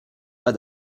pas